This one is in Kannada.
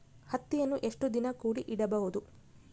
ಹತ್ತಿಯನ್ನು ಎಷ್ಟು ದಿನ ಕೂಡಿ ಇಡಬಹುದು?